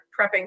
prepping